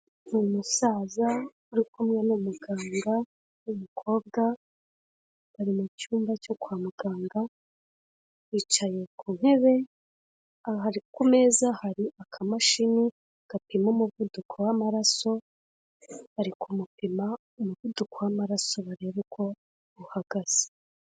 Ni umusaza uri kumwe n'umuganga w'umukobwa, bari mu cyumba cyo kwa muganga, bicaye ku ntebe, ku meza hari akamashini gapima umuvuduko w'amaraso, bari kumupima umuvuduko w'amaraso barebe uko uhagaze.